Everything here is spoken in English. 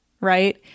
Right